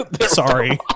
Sorry